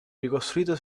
ricostruito